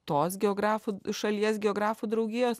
tos geografų šalies geografų draugijos